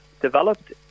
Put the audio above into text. developed